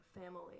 family